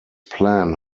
plan